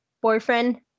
boyfriend